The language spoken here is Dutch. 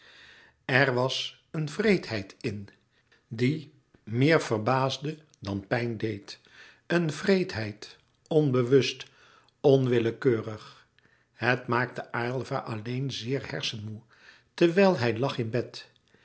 er was een wreedheid in die meer verbaasde dan pijn deed louis couperus metamorfoze een wreedheid onbewust onwillekeurig het maakte aylva alleen zeer hersenmoê terwijl hij lag in bed